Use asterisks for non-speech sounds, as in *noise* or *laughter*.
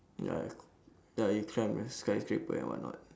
ya *noise* ya you climb the skyscraper and whatnot